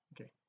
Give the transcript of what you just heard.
okay